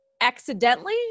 accidentally